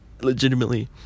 Legitimately